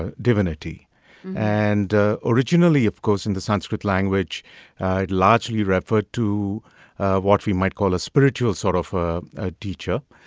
ah divinity and originally, of course, in the sanskrit language it largely referred to what we might call a spiritual sort of a teacher.